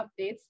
updates